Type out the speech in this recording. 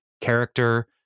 character